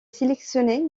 sélectionné